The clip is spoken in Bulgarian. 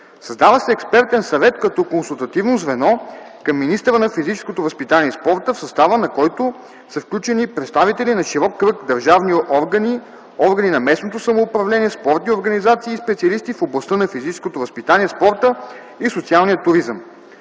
Създава се експертен съвет като консултативно звено към министъра на физическото възпитание и спорта, в състава на който са включени представители на широк кръг държавни органи, органи на местното самоуправление, спортни организации и специалисти в областта на физическото възпитание, спорта и социалния туризъм.